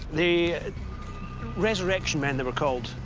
the resurrection men, they were called,